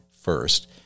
first